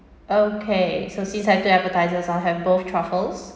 okay so since I've two appetisers I'll have both truffles